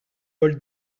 paul